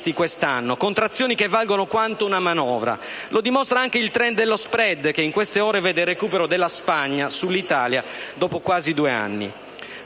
questo anno: contrazioni che valgono quanto una manovra. Lo dimostra anche il *trend* dello *spread*, che in queste ore vede il recupero della Spagna sull'Italia dopo quasi due anni.